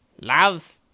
Love